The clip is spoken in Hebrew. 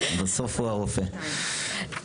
(1)